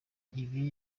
ibi